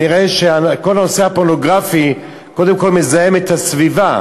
נראה שכל הנושא הפורנוגרפי קודם כול מזהם את הסביבה,